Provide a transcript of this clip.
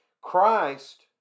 Christ